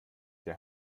der